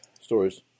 Stories